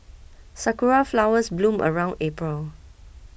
sakura flowers bloom around April